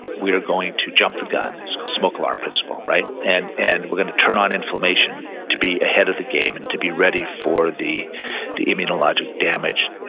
we are going to jump the gun, it's called smoke alarm principle, right? and and we're going to turn on inflammation to be ahead of the game and to be ready for the the immunologic damage,